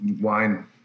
wine